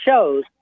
shows